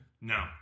No